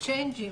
צ'יינג'ים?